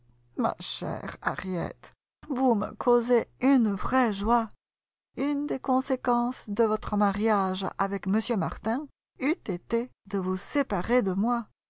ma chère harriet vous me causez une vraie joie une des conséquences de votre mariage avec m martin eût été de vous séparer de moi